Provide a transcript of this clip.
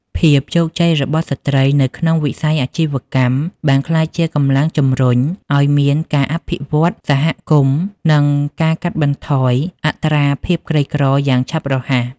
ភាពជោគជ័យរបស់ស្ត្រីនៅក្នុងវិស័យអាជីវកម្ម បានក្លាយជាកម្លាំងជំរុញឱ្យមានការអភិវឌ្ឍសហគមន៍ និងការកាត់បន្ថយអត្រាភាពក្រីក្រយ៉ាងឆាប់រហ័ស។